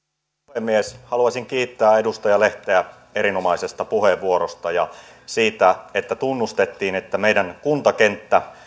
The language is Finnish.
puhemies haluaisin kiittää edustaja lehteä erinomaisesta puheenvuorosta ja siitä että tunnustettiin että meidän kuntakenttämme